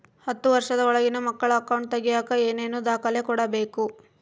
ಹತ್ತುವಷ೯ದ ಒಳಗಿನ ಮಕ್ಕಳ ಅಕೌಂಟ್ ತಗಿಯಾಕ ಏನೇನು ದಾಖಲೆ ಕೊಡಬೇಕು?